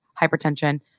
hypertension